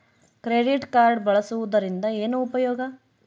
Credit card ಬಳಸುವದರಿಂದ ಏನು ಉಪಯೋಗ?